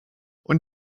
und